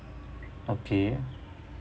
okay